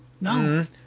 No